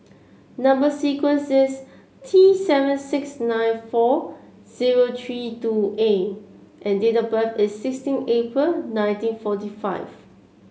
number sequence is T seven six nine four zero three two A and date of birth is sixteen April nineteen forty five